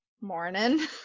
morning